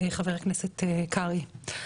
חבר הכנסת קרעי,